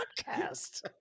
podcast